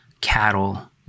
cattle